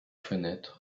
fenêtre